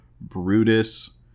Brutus